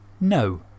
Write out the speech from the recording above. No